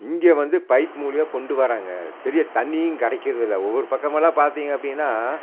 இங்கே வந்து பைப் மூலியாமா கொண்டு வராங்கள் சரியாக தண்ணியும் கிடைக்கிறதில்ல ஒவ்வொரு பக்கம் எல்லா பார்த்தீங்க அப்படின்னா